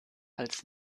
als